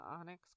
onyx